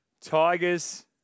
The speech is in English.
Tigers